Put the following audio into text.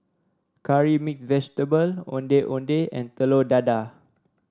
curry mix vegetable Ondeh Ondeh and Telur Dadah